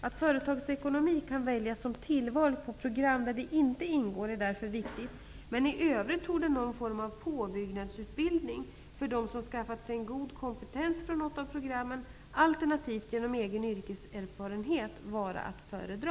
Att företagsekonomi kan väljas som tillval på program där det inte ingår är därför viktigt, men i övrigt torde någon form av påbyggnadsutbildning för dem som skaffat sig en god kompetens från något av programmen alternativt genom egen yrkeserfarenhet vara att föredra.